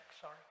Sorry